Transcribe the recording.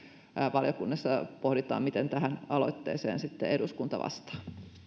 valiokunnassa pohditaan miten tähän aloitteeseen eduskunta vastaa